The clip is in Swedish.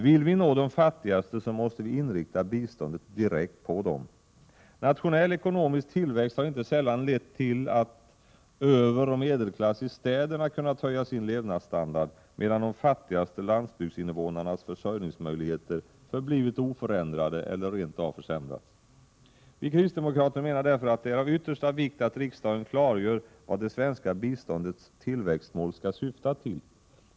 Vill vi nå de fattigaste, måste vi inrikta biståndet direkt på dem. Nationell ekonomisk tillväxt har inte sällan lett till att överoch medelklass i städerna kunnat höja sin levnadsstandard, medan de fattigaste landsbygdsinvånarnas försörjningsmöjligheter förblivit oförändrade eller rent av försämrats. Vi kristdemokrater menar därför att det är äv yttersta vikt att riksdagen klargör vad det svenska biståndets tillväxtmål skall syfta till.